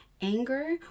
anger